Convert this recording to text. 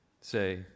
say